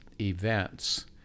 events